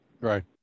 Right